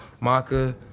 Maka